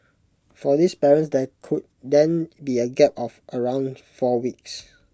for these parents there could then be A gap of around four weeks